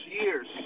years